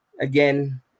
again